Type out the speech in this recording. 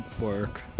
work